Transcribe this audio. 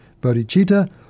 Bodhicitta